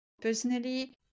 personally